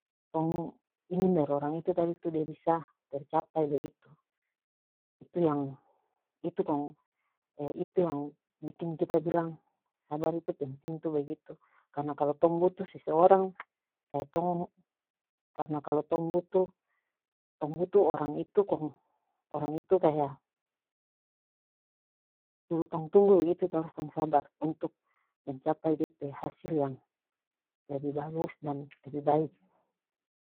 Tong ingin dari orang itu tadi tu dia bisa tercapai begitu itu yang itu kong itu yang biking kita bilang sabar itu penting tu begitu karena kalo tong butuh seseorang kaya tong karena kalo tong butuh tong butuh orang itu kong orang itu kaya tunggu tunggu bagitu tong harus sabar untuk mencapai dia pe hasil yang lebih bagus dan lebih baik.